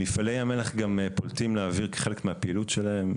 מפעלי ים המלח גם פולטים לאוויר כחלק מהפעילות שלהם,